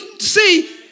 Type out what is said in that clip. see